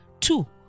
Two